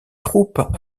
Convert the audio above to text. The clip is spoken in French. troupe